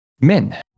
men